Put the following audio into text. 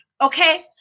okay